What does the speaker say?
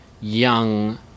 young